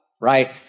right